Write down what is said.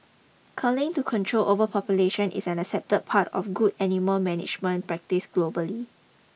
culling to control overpopulation is an accepted part of good animal management practice globally